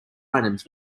items